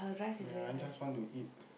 ya I just want to eat